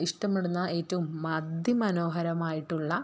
ഇഷ്ടംപ്പെടുന്ന ഏറ്റവും അതിമനോഹരമായിട്ടുള്ള